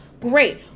Great